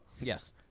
Yes